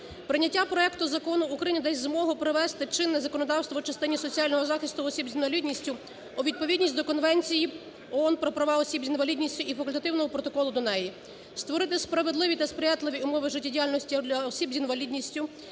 Прийняття проекту закону України дасть змогу привести чинне законодавство у частині соціального захисту осіб з інвалідністю у відповідність до Конвенції ООН про права осіб з інвалідністю і факультативного протоколу до неї, створити справедливі та сприятливі умови життєдіяльності для осіб з інвалідністю.